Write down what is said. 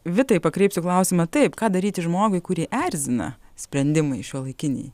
vitai pakreipsiu klausimą taip ką daryti žmogui kurį erzina sprendimai šiuolaikiniai